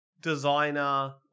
designer